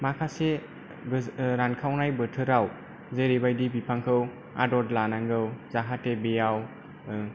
माखासे ओ रानखावनाय बोथोराव जेरैबादि बिफांखौ आदर लानांगौ जाहाथे बेयाव ओ